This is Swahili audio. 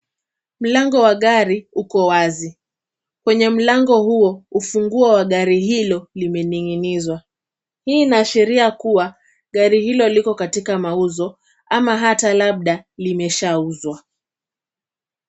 Mlango wa gari uko wazi, kwenye mlango huo ufunguo wa gari hilo limening'inizwa. Hii inaashiria kuwa gari hilo liko katika mauzo ama hata labda limeshauzwa.